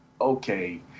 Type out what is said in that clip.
okay